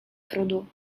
trudu